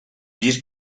bir